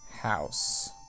house